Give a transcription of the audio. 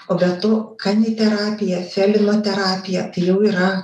o be to kaniterapija felinoterapija tai jau yra